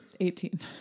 18